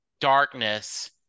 darkness